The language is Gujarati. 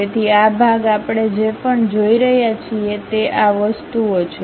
તેથી આ ભાગ આપણે જે પણ જોઈ રહ્યા છીએ તે આ વસ્તુઓ છે